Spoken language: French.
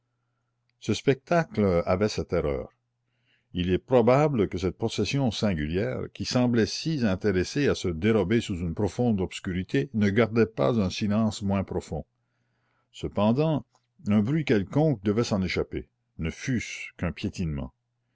ce spectacle avait sa terreur il est probable que cette procession singulière qui semblait si intéressée à se dérober sous une profonde obscurité ne gardait pas un silence moins profond cependant un bruit quelconque devait s'en échapper ne fût-ce qu'un piétinement